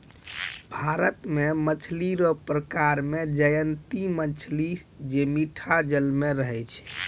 भारत मे मछली रो प्रकार मे जयंती मछली जे मीठा जल मे रहै छै